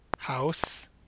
House